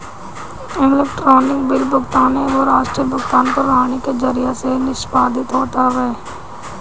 electronic bill भुगतान एगो राष्ट्रीय भुगतान प्रणाली के जरिया से निष्पादित होत बाटे